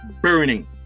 burning